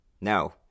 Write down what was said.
no